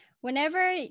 Whenever